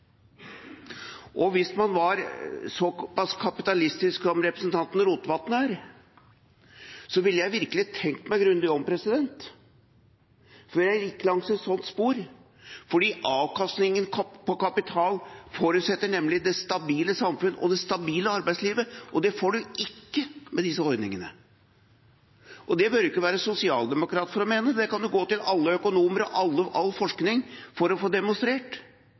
organisert. Hvis man var så pass kapitalistisk som representanten Rotevatn er, ville jeg virkelig tenkt meg grundig om før jeg gikk langs et sånt spor, for avkastningen på kapital forutsetter nemlig det stabile samfunn og det stabile arbeidslivet, og det får man ikke med disse ordningene. Det behøver man ikke være sosialdemokrat for å mene. Det kan man gå til både økonomer og forskning for å få demonstrert.